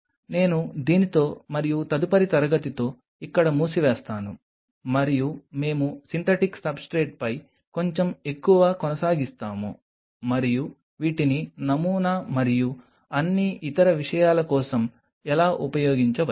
నేను దీనితో మరియు తదుపరి తరగతితో ఇక్కడ మూసివేస్తాను మరియు మేము సింథటిక్ సబ్స్ట్రేట్పై కొంచెం ఎక్కువ కొనసాగిస్తాము మరియు వీటిని నమూనా మరియు అన్ని ఇతర విషయాల కోసం ఎలా ఉపయోగించవచ్చు